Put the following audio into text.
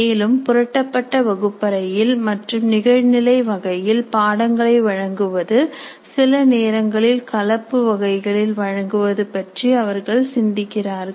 மேலும் புரட்டப்பட்ட வகுப்பறைகளில் மற்றும் நிகழ்நிலை வகையில் பாடங்களை வழங்குவது சில நேரங்களில் கலப்பு வகைகளில் வழங்குவது பற்றி அவர்கள் சிந்திக்கிறார்கள்